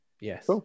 Yes